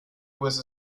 was